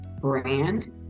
brand